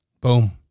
Boom